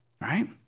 right